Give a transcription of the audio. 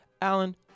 Alan